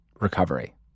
recovery